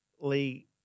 Lee